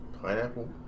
Pineapple